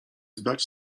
zdać